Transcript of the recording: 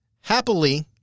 happily